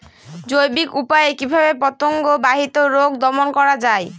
জৈবিক উপায়ে কিভাবে পতঙ্গ বাহিত রোগ দমন করা যায়?